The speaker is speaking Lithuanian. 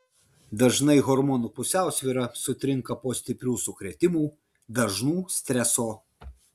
dažnai hormonų pusiausvyra sutrinka po stiprių sukrėtimų dažnų streso